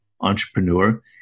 entrepreneur